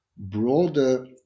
broader